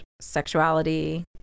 sexuality